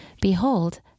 Behold